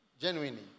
Genuinely